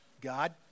God